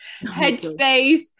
headspace